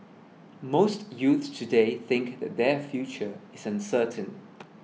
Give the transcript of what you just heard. most youths today think that their future is uncertain